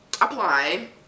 applying